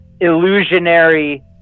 illusionary